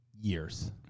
years